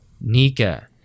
Nika